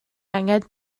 angen